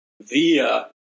via